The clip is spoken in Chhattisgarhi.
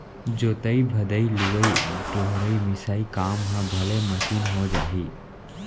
जोतइ भदई, लुवइ डोहरई, मिसाई काम ह भले मसीन हो जाही